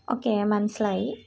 okay മനസ്സിലായി